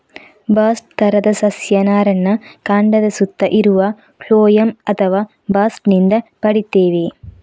bast ತರದ ಸಸ್ಯ ನಾರನ್ನ ಕಾಂಡದ ಸುತ್ತ ಇರುವ ಫ್ಲೋಯಂ ಅಥವಾ ಬಾಸ್ಟ್ ನಿಂದ ಪಡೀತೇವೆ